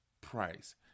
Price